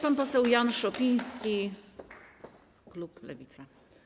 Pan poseł Jan Szopiński, klub Lewica.